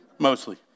mostly